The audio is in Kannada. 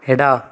ಎಡ